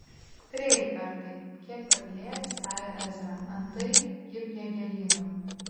prieik bertai kiek patylėjęs tarė ezra antai ji prie gėlyno